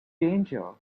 danger